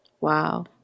Wow